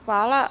Hvala.